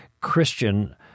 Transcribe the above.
Christian